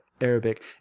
Arabic